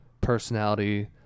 personality